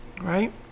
right